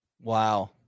wow